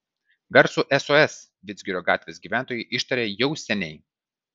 garsų sos vidzgirio gatvės gyventojai ištarė jau seniai